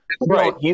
right